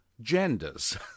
genders